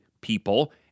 people